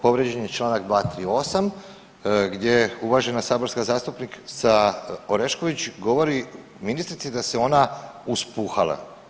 Povrijeđen je čl. 238. gdje uvažena saborska zastupnica Orešković govori ministrici da se ona uspuhala.